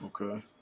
Okay